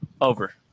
Over